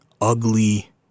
ugly